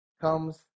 comes